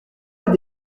les